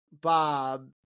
Bob